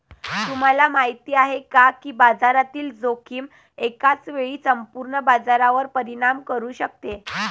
तुम्हाला माहिती आहे का की बाजारातील जोखीम एकाच वेळी संपूर्ण बाजारावर परिणाम करू शकते?